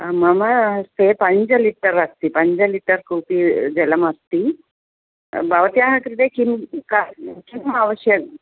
मम हस्ते पञ्चलिटर् अस्ति पञ्चलिटर् कूपी जलमस्ति भवत्याः कृते किं का किम् आवश्यकम्